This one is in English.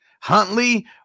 Huntley